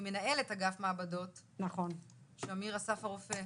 היא מנהלת אגף מעבדות בשמיר אסף הרופא,